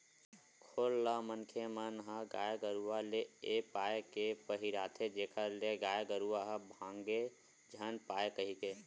खोल ल मनखे मन ह गाय गरुवा ले ए पाय के पहिराथे जेखर ले गाय गरुवा ह भांगे झन पाय कहिके